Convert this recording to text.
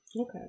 okay